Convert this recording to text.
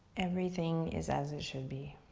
everything is as it should be.